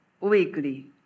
weekly